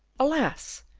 alas!